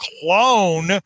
clone